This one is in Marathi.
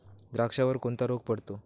द्राक्षावर कोणता रोग पडतो?